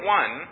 one